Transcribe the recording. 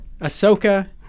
Ahsoka